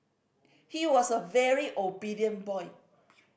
he was a very obedient boy